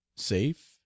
safe